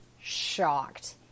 shocked